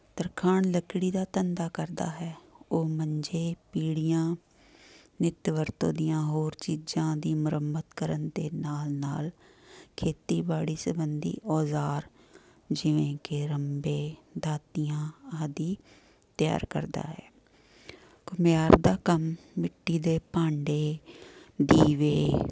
ਤਰਖਾਣ ਲੱਕੜੀ ਦਾ ਧੰਦਾ ਕਰਦਾ ਹੈ ਉਹ ਮੰਜੇ ਪੀੜੀਆਂ ਨਿੱਤ ਵਰਤੋਂ ਦੀਆਂ ਹੋਰ ਚੀਜ਼ਾਂ ਦੀ ਮੁਰੰਮਤ ਕਰਨ ਦੇ ਨਾਲ ਨਾਲ ਖੇਤੀਬਾੜੀ ਸੰਬੰਧੀ ਔਜ਼ਾਰ ਜਿਵੇਂ ਕਿ ਰੰਬੇ ਦਾਤੀਆਂ ਆਦਿ ਤਿਆਰ ਕਰਦਾ ਹੈ ਘੁਮਿਆਰ ਦਾ ਕੰਮ ਮਿੱਟੀ ਦੇ ਭਾਂਡੇ ਦੀਵੇ